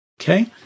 Okay